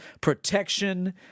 protection